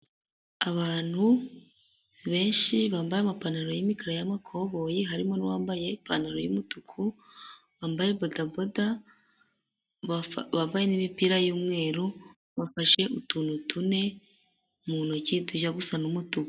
Abantu benshi bambaye amapantaro y'imikara y'amakoboyi harimo n'uwambaye ipantaro y'umutuku wambaye bodaboda bambaye n'imipira y'umweru, bafashe utuntu tune mu ntoki tujya gusa n'umutuku.